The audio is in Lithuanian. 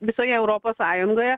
visoje europos sąjungoje